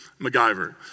MacGyver